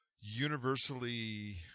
universally